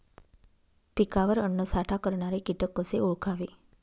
पिकावर अन्नसाठा करणारे किटक कसे ओळखावे?